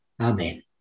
Amen